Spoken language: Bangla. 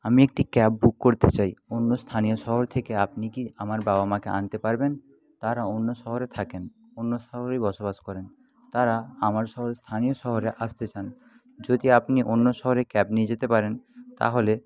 আমি একটি ক্যাব বুক করতে চাই অন্য স্থানীয় শহর থেকে আপনি কি আমার বাবা মাকে আনতে পারবেন তারা অন্য শহরে থাকেন অন্য শহরেই বসবাস করেন তারা আমার শহরে স্থানীয় শহরে আসতে চান যদি আপনি অন্য শহরে ক্যাব নিয়ে যেতে পারেন তাহলে